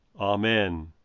Amen